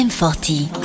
M40